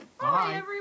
Bye